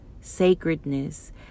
sacredness